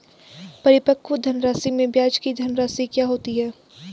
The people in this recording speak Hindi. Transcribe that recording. परिपक्व धनराशि में ब्याज की धनराशि क्या होती है?